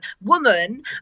woman